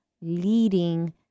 leading